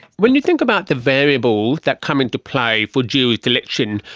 when you think about the variables that come into play for jury selection,